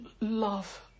love